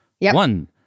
One